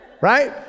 Right